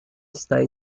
está